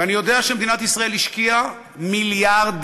ואני יודע שמדינת ישראל השקיעה מיליארדים,